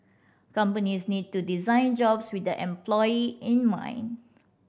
companies need to design jobs with the employee in mind